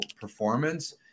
performance